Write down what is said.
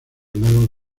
lago